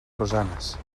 rosanes